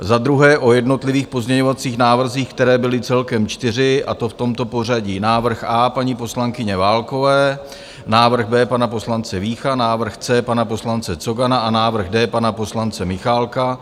Za druhé o jednotlivých pozměňovacích návrzích, které byly celkem čtyři, a to v tomto pořadí návrh A paní poslankyně Válkové, návrh B pana poslance Vícha, návrh C pana poslance Cogana a návrh D pana poslance Michálka.